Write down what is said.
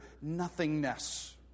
nothingness